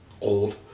old